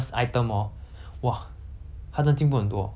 so so I think for 你 like 我会觉得 like